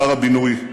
שר הבינוי,